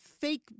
fake